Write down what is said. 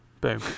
Boom